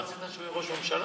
לא רצית שהוא יהיה ראש ממשלה?